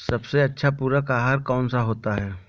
सबसे अच्छा पूरक आहार कौन सा होता है?